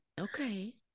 Okay